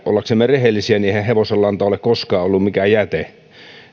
ollaksemme rehellisiä eihän hevosenlanta ole koskaan ollut mikään jäte